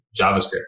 JavaScript